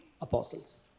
Apostles